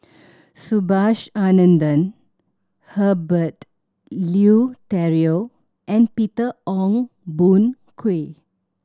Subhas Anandan Herbert Eleuterio and Peter Ong Boon Kwee